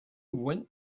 went